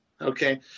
Okay